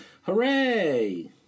Hooray